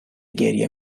گریه